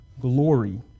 glory